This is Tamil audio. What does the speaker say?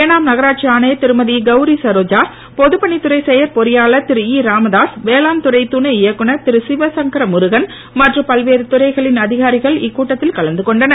ஏனாம் நகராட்சி ஆணையர் திருமதி கவுரி சரோஜா பொதுப் பணித்துறை செயற் பொறியாளர் திரு இ ராமதாஸ் வேளாண்துறை துணை இயக்குனர் திரு சிவசங்கர முருகன் மற்றும் பல்வேறு துறைகளின் அதிகாரிகள் இக்கூட்டத்தில் கலந்து கொண்டனர்